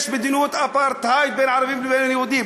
מדיניות אפרטהייד בין ערבים לבין יהודים,